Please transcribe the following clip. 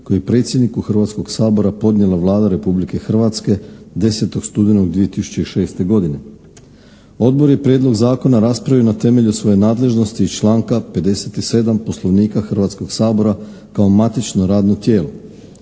koji je predsjedniku Hrvatskog sabora podnijela Vlada Republike Hrvatske 10. studenog 2006. godine. Odbor je prijedlog zakona raspravio na temelju svoje nadležnosti iz članka 57. Poslovnika Hrvatskoga sabora kao matično radno tijelo.